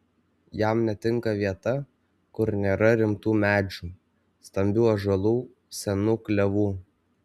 jam netinka vieta kur nėra rimtų medžių stambių ąžuolų senų klevų